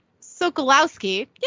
Sokolowski